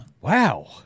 wow